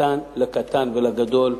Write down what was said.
לקטן ולגדול,